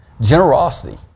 generosity